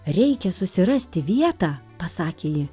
reikia susirasti vietą pasakė ji